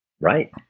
Right